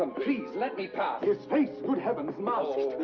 um please, let me pass! this face, good heavens! masked,